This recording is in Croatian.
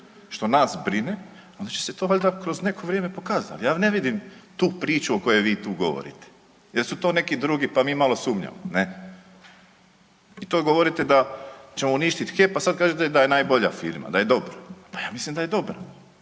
što nas brine onda će se to valjda kroz neko vrijeme pokazati, ali ne vidim tu priču o kojoj vi tu govorite jer su to neki drugi pa mi malo sumnjamo. I to govorite da ćemo uništit HEP, a sad kažete da je najbolja firma, da je dobar, pa ja mislim da je dobar